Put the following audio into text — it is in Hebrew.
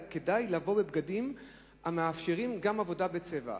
ו"כדאי לבוא בבגדים המאפשרים גם עבודה בצבע",